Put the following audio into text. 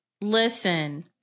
Listen